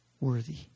worthy